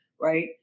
right